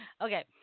okay